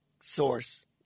source